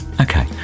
Okay